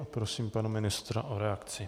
Prosím pana ministra o reakci.